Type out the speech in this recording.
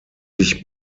sich